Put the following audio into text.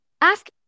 Ask